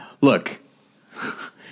look